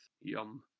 Yum